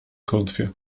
klątwie